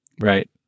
Right